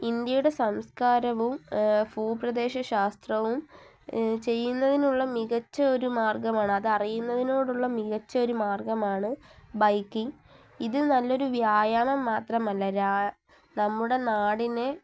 ഇന്ത്യയുടെ സംസ്കാരവും ഭൂപ്രദേശശാസ്ത്രവും ചെയ്യുന്നതിനുള്ള മികച്ച ഒരു മാർഗ്ഗമാണ് അത് അറിയുന്നതിനോടുള്ള മികച്ച ഒരു മാർഗ്ഗമാണ് ബൈക്കിംഗ് ഇത് നല്ലൊരു വ്യായാമം മാത്രമല്ല നമ്മുടെ നാടിനെ